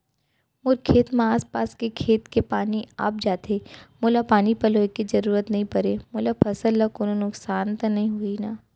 मोर खेत म आसपास के खेत के पानी आप जाथे, मोला पानी पलोय के जरूरत नई परे, मोर फसल ल कोनो नुकसान त नई होही न?